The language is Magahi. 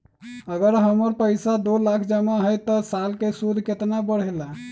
अगर हमर पैसा दो लाख जमा है त साल के सूद केतना बढेला?